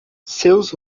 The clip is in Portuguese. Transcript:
seus